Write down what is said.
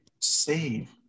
save